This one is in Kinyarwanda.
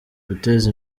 guteza